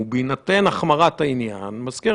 אני מתחברת לדבריו של חבר הכנסת דיכטר שדיבר על ההשגה